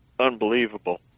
unbelievable